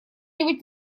нибудь